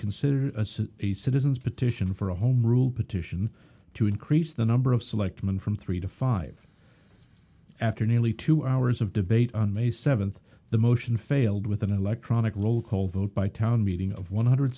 considered a citizens petition for a home rule petition to increase the number of selectmen from three to five after nearly two hours of debate on may seventh the motion failed with an electronic roll call vote by town meeting of one hundred